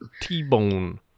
T-bone